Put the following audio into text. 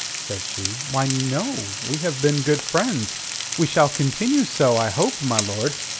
said she. why, no. we have been good friends we shall continue so, i hope, my lord.